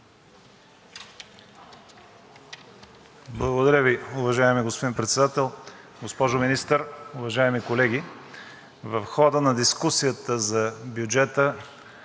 Благодаря Ви, уважаеми господин Председател. Госпожо Министър, уважаеми колеги! В хода на дискусията за бюджета